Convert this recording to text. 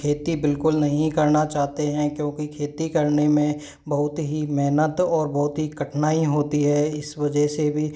खेती बिल्कुल नहीं करना चाहते हैं क्योंकि खेती करने में बहुत ही मेहनत और बहुत ही कठिनाई होती है इस वजह से भी